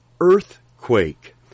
earthquake